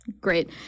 great